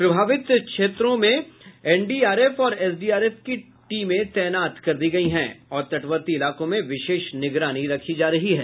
प्रभावित क्षेत्रों के इलाकों में एनडीआरएफ और एसडीआरएफ की टीम को तैनात किया गया है और तटवर्ती इलाकों में विशेष निगरानी रखी जा रही है